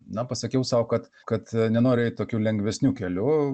na pasakiau sau kad kad nenoriu eit tokiu lengvesniu keliu